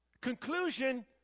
Conclusion